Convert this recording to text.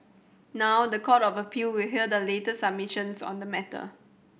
now the Court of Appeal will hear the latest submissions on the matter